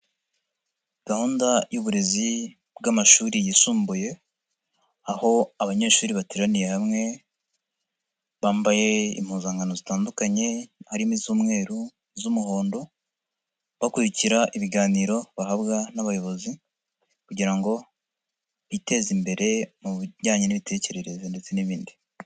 Gahunda y'uburezi bw'amashuri yisumbuye aho abanyeshuri bateraniye hamwe bambaye impuzankano zitandukanye harimo iz'umweru, iz'umuhondo, bakurikira ibiganiro bahabwa n'abayobozi kugira ngo biteze imbere mu bijyanye n'imitekerereze ndetse n'ibindi.